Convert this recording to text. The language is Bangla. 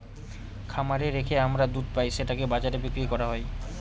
খামারে রেখে আমরা দুধ পাই সেটাকে বাজারে বিক্রি করা হয়